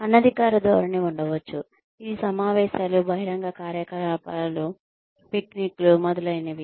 అనధికారిక ధోరణి ఉండవచ్చు ఇది సమావేశాలు బహిరంగ కార్యకలాపాలు పిక్నిక్లు మొదలైనవి